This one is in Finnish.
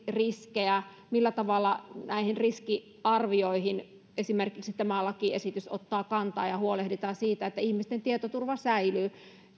riskejä millä tavalla esimerkiksi näihin riskiarvioihin tämä lakiesitys ottaa kantaa ja ja huolehditaan siitä että ihmisten tietoturva säilyy